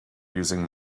using